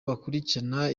bakurikirana